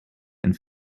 and